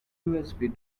usb